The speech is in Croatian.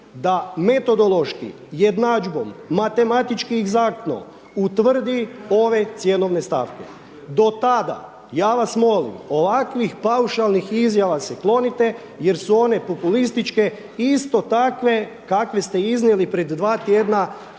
da metodološki jednadžbom, matematički egzaktno utvrdi ove cjenovne stavke. Do tada, ja vas molim, ovakvih paušalnih izjava se klonite jer su one populističke, iste takve kakve ste iznijeli pred dva tjedna